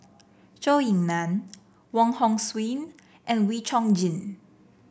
Zhou Ying Nan Wong Hong Suen and Wee Chong Jin